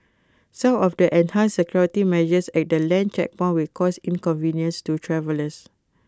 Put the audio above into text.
some of the enhanced security measures at the land checkpoints will cause inconvenience to travellers